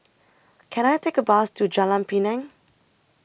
Can I Take A Bus to Jalan Pinang